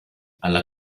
alla